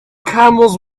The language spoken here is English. camels